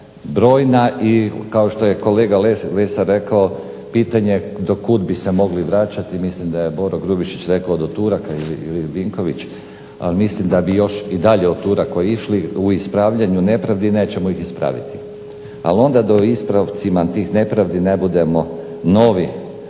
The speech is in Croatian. brojna i kao što je kolega Lesar rekao pitanje do kud bi se mogli vraćati, mislim da je Boro Grubišić rekao do Turaka ili Vinković, ali mislim da bi još i dalje od Turaka išli u ispravljanju nepravdi i nećemo ih ispraviti. Ali onda da u ispravcima tih nepravdi ne budemo novi